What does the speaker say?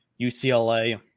UCLA